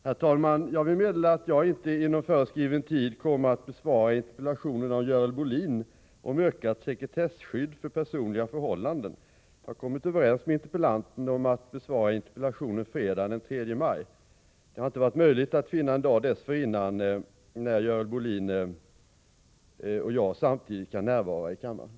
Herr talman! Jag vill meddela att jag inte inom föreskriven tid kommer att besvara interpellationen av Görel Bohlin om ökat sekretesskydd för personliga förhållanden. Jag har kommit överens med interpellanten om att besvara interpellationen fredagen den 3 maj. Det har inte varit möjligt att finna en dag dessförinnan då Görel Bohlin och jag samtidigt kan närvara i kammaren.